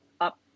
up